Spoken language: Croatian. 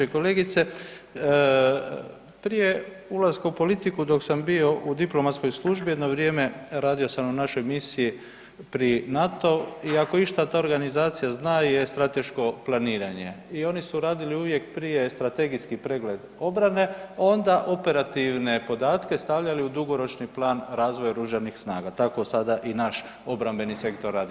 Kolegice, prije ulaska u politiku, dok sam bio u diplomatskoj službi, jedno vrijeme radio sam na našoj misiji pri NATO-u i ako išta ta organizacija zna, je strateško planiranje i oni su radili uvijek prije strategijski pregled obrane, onda operativne podatke stavljali u dugoročni plan razvoja oružanih snaga, tako sada i naš obrambeni sektor radi.